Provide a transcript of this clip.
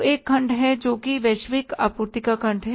तो एक खंड है जो वैश्विक आपूर्ति का खंड है